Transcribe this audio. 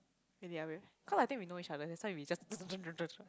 in the other way cause I think we know each other that's why we just